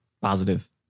positive